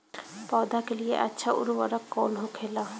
पौधा के लिए अच्छा उर्वरक कउन होखेला?